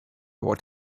what